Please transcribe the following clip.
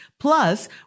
Plus